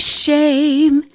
shame